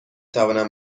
توانم